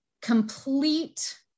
complete